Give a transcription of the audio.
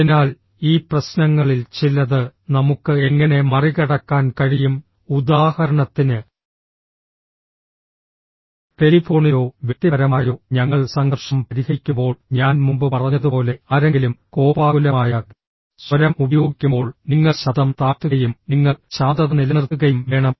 അതിനാൽ ഈ പ്രശ്നങ്ങളിൽ ചിലത് നമുക്ക് എങ്ങനെ മറികടക്കാൻ കഴിയും ഉദാഹരണത്തിന് ടെലിഫോണിലോ വ്യക്തിപരമായോ ഞങ്ങൾ സംഘർഷം പരിഹരിക്കുമ്പോൾ ഞാൻ മുമ്പ് പറഞ്ഞതുപോലെ ആരെങ്കിലും കോപാകുലമായ സ്വരം ഉപയോഗിക്കുമ്പോൾ നിങ്ങൾ ശബ്ദം താഴ്ത്തുകയും നിങ്ങൾ ശാന്തത നിലനിർത്തുകയും വേണം